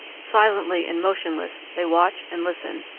silently and motionless they watch and listen,